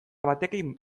batekin